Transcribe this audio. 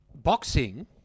Boxing